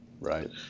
Right